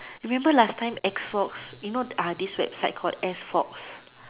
remember last time X fox you know uh this website called S fox